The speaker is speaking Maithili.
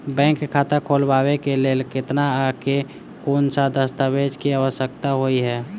बैंक खाता खोलबाबै केँ लेल केतना आ केँ कुन सा दस्तावेज केँ आवश्यकता होइ है?